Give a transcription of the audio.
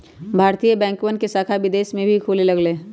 भारतीय बैंकवन के शाखा विदेश में भी खुले लग लय है